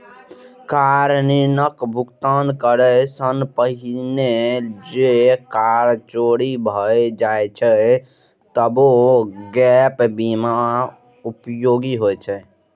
car ऋणक भुगतान करै सं पहिने जौं कार चोरी भए जाए छै, तबो गैप बीमा उपयोगी होइ छै